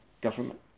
government